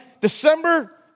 December